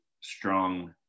strong